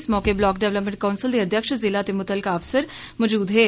इस मौके block development council दे अघ्यक्ष जिला ते मुतलका अफसर मजूद हे